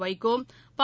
வைகோ பா